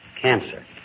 Cancer